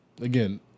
again